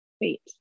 wait